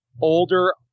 older